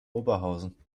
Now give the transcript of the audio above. oberhausen